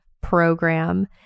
program